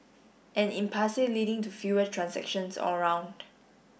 an impasse leading to fewer transactions all round